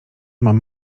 mam